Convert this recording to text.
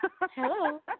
Hello